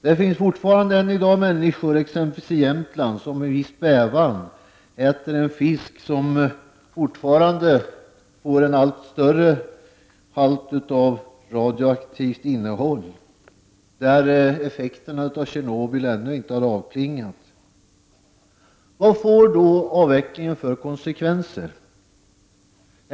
Det finns människor, exempelvis i Jämtland, som än i dag med viss bävan äter den fisk som fortfarande får en allt högre halt av radioaktivt innehåll. Effekterna av Tjernobylolyckan har där ännu inte avklingat. Vad får då avvecklingen för konsekvenser?